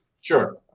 Sure